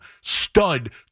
stud